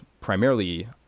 primarily